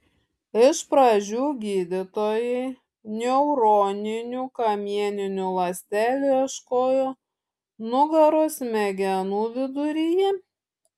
iš pradžių gydytojai neuroninių kamieninių ląstelių ieškojo nugaros smegenų viduryje